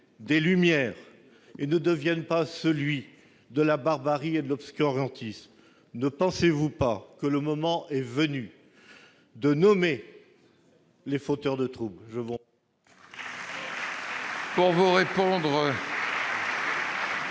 des Lumières et ne devienne pas celui de la barbarie et de l'obscurantisme ? Ne pensez-vous pas que le moment est venu de nommer les fauteurs de troubles ?